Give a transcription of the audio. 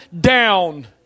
down